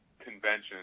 convention